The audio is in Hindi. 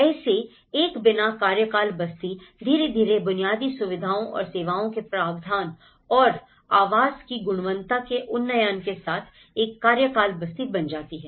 ऐसे एक बिना कार्यकाल बस्ती धीरे धीरे बुनियादी सुविधाओं और सेवाओं के प्रावधान और आवास की गुणवत्ता के उन्नयन के साथ एक कार्यकाल बस्ती बन जाति है